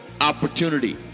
opportunity